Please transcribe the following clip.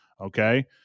Okay